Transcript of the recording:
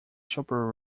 supper